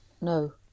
No